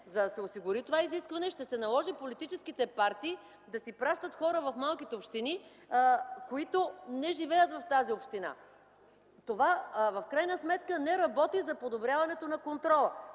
за да се осигури това изискване, ще се наложи политическите партии да си пращат хора в малките общини, които не живеят в тази община. Това в крайна сметка не работи за подобряването на контрола.